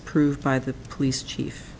approved by the police chief